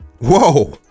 Whoa